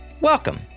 welcome